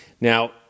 Now